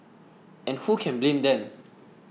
and who can blame them